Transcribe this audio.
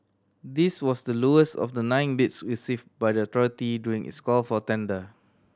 this was the lowest of the nine bids received by the authority during its call for tender